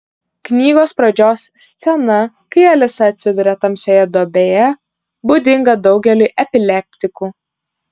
knygos pradžios scena kai alisa atsiduria tamsioje duobėje būdinga daugeliui epileptikų